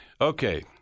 Okay